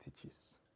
teaches